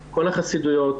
כל החסידויות,